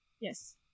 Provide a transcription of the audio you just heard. Yes